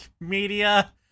Media